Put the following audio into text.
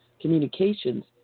communications